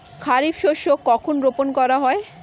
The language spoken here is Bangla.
খারিফ শস্য কখন রোপন করা হয়?